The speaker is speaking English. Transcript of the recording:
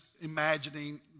imagining